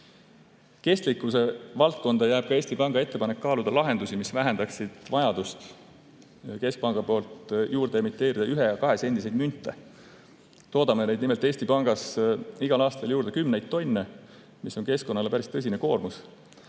Kestlikkuse valdkonda jääb ka Eesti Panga ettepanek kaaluda lahendusi, mis vähendaksid vajadust keskpangal emiteerida ühe‑ ja kahesendiseid münte. Nimelt, toodame neid Eesti Pangas igal aastal juurde kümneid tonne ja see on keskkonnale päris tõsine koormus.